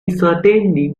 certainly